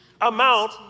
amount